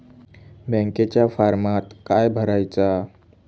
बँकेच्या फारमात काय भरायचा?